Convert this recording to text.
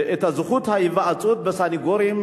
את זכות ההיוועצות בסניגורים.